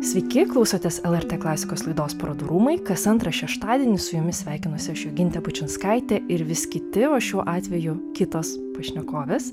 sveiki klausotės lrt klasikos laidos parodų rūmai kas antrą šeštadienį su jumis sveikinuosi aš jogintė bučinskaitė ir vis kiti o šiuo atveju kitos pašnekovės